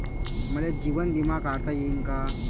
मले जीवन बिमा काढता येईन का?